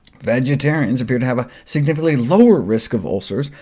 vegetarians appear to have a significantly lower risk of ulcers,